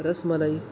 rasmalai